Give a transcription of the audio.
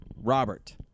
Robert